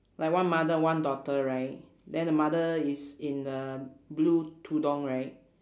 like one mother one daughter right then the mother is in a blue tudung right